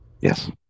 yes